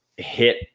Hit